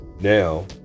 Now